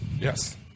Yes